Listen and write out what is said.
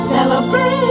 Celebrate